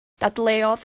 dadleuodd